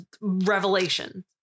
Revelation